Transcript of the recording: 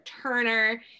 Turner